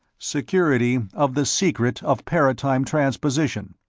security of the secret of paratime transposition.